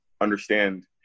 understand